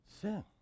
Sin